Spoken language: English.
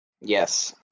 yes